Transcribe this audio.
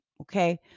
okay